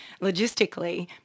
logistically